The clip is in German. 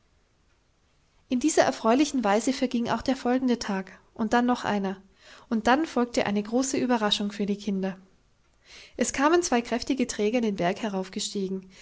in dieser erfreulichen weise verging auch der folgende tag und dann noch einer und dann folgte eine große überraschung für die kinder es kamen zwei kräftige träger den berg